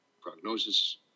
Prognosis